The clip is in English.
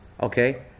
okay